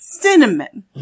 cinnamon